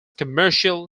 commercial